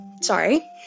sorry